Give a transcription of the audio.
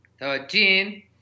thirteen